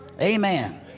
Amen